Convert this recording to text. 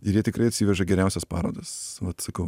ir jie tikrai atsiveža geriausias parodas vat sakau